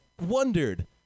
wondered